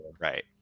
Right